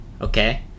okay